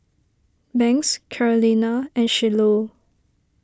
Banks Carolina and Shiloh